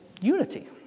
unity